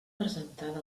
presentada